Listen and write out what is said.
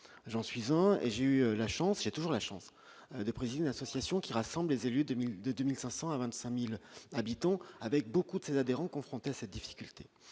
en j'suffisant et j'ai eu la chance, j'ai toujours la chance de président association qui rassemble les élus 2002 2500 à 25000 habitants, avec beaucoup de ses adhérents, confrontés à cette difficulté